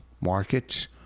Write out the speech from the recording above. markets